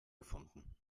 gefunden